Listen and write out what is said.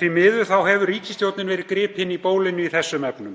Því miður hefur ríkisstjórnin verið gripin í bólinu í þessum efnum.